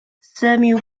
samuel